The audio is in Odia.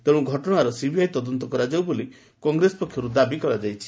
ତେଶୁ ଘଟଶାର ସିବିଆଇ ତଦନ୍ତ କରାଯାଉ ବୋଲି କଂଗ୍ରେସ ପକ୍ଷରୁ ଦାବି କରାଯାଇଛି